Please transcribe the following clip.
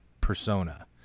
persona